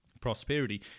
prosperity